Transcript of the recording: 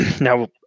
Now